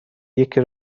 یکی